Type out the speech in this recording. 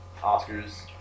Oscars